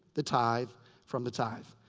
the tithe from the tithe.